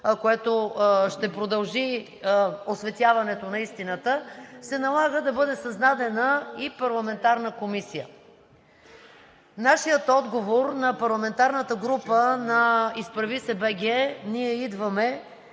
което ще продължи осветяването на истината, се налага да бъде създадена и парламентарна комисия? Нашият отговор, на парламентарната група на „Изправи се БГ! Ние идваме!“,